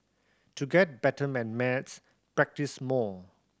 to get better maths practise more